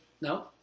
No